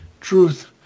truth